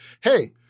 hey